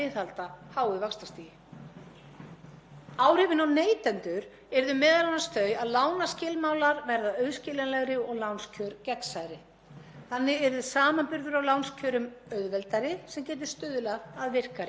Þannig yrði samanburður á lánskjörum auðveldari sem gæti stuðlað að virkari samkeppni. Þá myndu neytendur losna við þann óstöðugleika í fjármálum heimila sinna sem leiðir af óvissu um hvað þau muni skulda á hverjum gjalddaga.